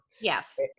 Yes